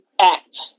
act